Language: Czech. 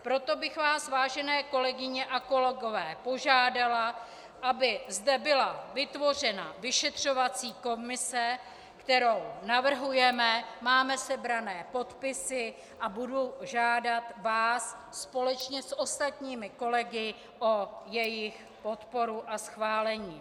Proto bych vás, vážené kolegyně a kolegové, požádala, aby zde byla vytvořena vyšetřovací komise, kterou navrhujeme, máme sebrané podpisy, a budu vás žádat společně s ostatními kolegy o jejich podporu a schválení.